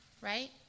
Right